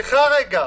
סליחה רגע.